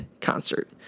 concert